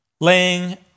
laying